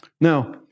Now